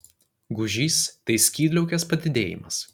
gūžys tai skydliaukės padidėjimas